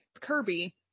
Kirby –